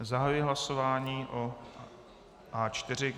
Zahajuji hlasování o A4.